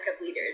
leaders